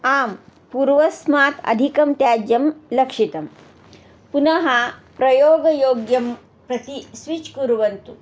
आम् पूर्वस्मात् अधिकं त्याज्यं लक्षितं पुनः प्रयोगयोग्यं प्रति स्विच् कुर्वन्तु